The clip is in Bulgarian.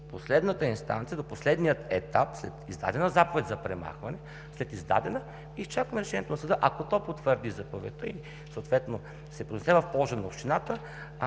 последната инстанция, до последния етап след издадената заповед за премахване, изчакваме решението на съда. Ако то потвърди заповедта и съответно се произнесе в полза на общината,